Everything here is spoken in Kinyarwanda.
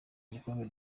gikombe